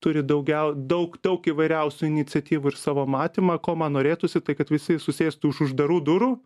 turi daugiau daug daug įvairiausių iniciatyvų ir savo matymą ko man norėtųsi tai kad visi susėstų už uždarų durų